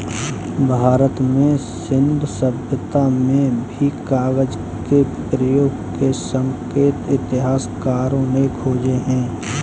भारत में सिन्धु सभ्यता में भी कागज के प्रयोग के संकेत इतिहासकारों ने खोजे हैं